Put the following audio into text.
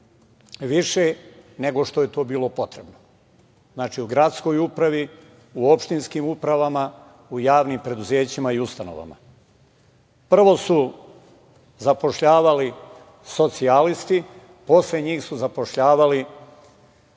više nego što je to bilo potrebno. Znači, u gradskoj upravi, opštinskim uprava, u javnim preduzećima i ustanovama. Prvo su zapošljavali socijalisti, posle njih su zapošljavali